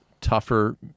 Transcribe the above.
tougher